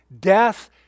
death